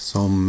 Som